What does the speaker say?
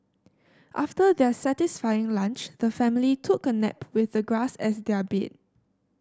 after their satisfying lunch the family took a nap with the grass as their bed